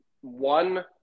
one